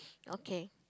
okay